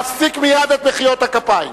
להפסיק מייד את מחיאות הכפיים.